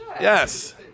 Yes